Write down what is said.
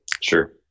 Sure